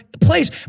place